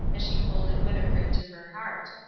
as she folded winnifred to her heart.